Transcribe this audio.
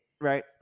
right